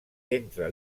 entre